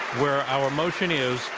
where our motion is,